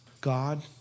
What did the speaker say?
God